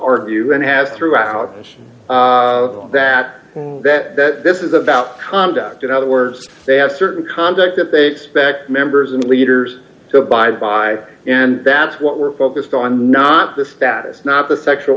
argue and have throughout is that that this is about conduct in other words they have certain conduct that they expect members and leaders to abide by and that's what we're focused on not the status not the sexual